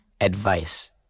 Advice